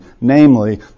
namely